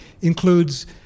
includes